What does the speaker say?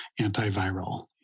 antiviral